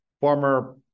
former